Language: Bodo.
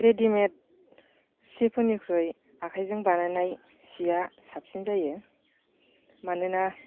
रेडिमेड सिफोरनिख्रुइ आखाइजों बानायनाय सिया साबसिन जायो मानोना